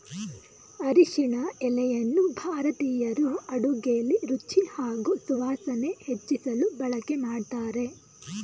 ಅರಿಶಿನ ಎಲೆಯನ್ನು ಭಾರತೀಯರು ಅಡುಗೆಲಿ ರುಚಿ ಹಾಗೂ ಸುವಾಸನೆ ಹೆಚ್ಚಿಸಲು ಬಳಕೆ ಮಾಡ್ತಾರೆ